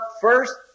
first